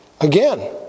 Again